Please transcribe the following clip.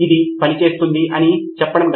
సిద్ధార్థ్ మాతురి పంచుకున్న స్థలంలో ఉంటుంది అవును